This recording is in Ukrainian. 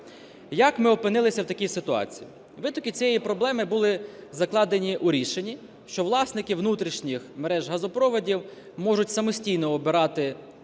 Як ми опинилися в такій ситуації? Витоки цієї проблеми були закладені у рішенні, що власники внутрішніх мереж газопроводів можуть самостійно обирати